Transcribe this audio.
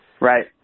Right